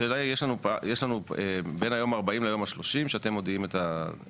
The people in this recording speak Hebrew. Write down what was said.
השאלה היא יש לנו בין היום ה-40 ליום ה-30 שאתם מודיעים את הדברים.